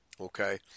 okay